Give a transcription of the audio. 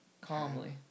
Calmly